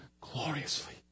gloriously